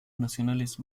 nacionales